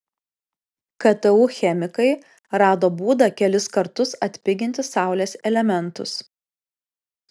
ktu chemikai rado būdą kelis kartus atpiginti saulės elementus